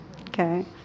Okay